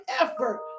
effort